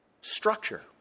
Structure